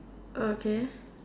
okay